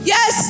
Yes